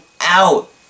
out